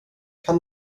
kan